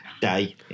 day